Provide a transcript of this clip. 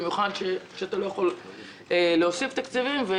במיוחד כשאתה לא יכול להוסיף תקציבים.